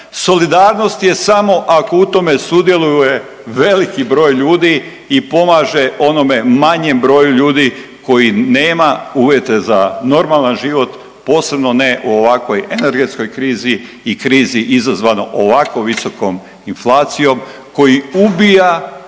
Solidarnost je samo ako u tome sudjeluje veliki broj ljudi i pomaže onome manjem broju ljudi koji nema uvjete za normalan život, posebno ne u ovakvoj energetskoj krizi i krizi izazvano ovako visokom inflacijom koji ubija kupovnu